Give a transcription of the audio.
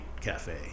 cafe